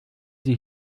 sie